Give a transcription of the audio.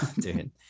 dude